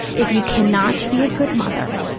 if you cannot be a good mother,